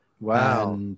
wow